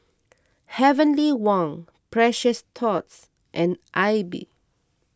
Heavenly Wang Precious Thots and Aibi